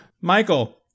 Michael